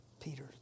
Peter